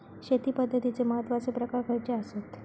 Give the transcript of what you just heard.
शेती पद्धतीचे महत्वाचे प्रकार खयचे आसत?